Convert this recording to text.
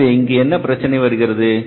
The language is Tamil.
எனவே இங்கு என்ன பிரச்சனை வருகிறது